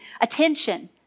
attention